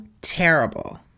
terrible